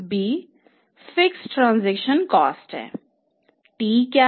b fixed transaction कॉस्टहै